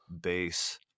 base